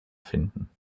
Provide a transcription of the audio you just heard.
finden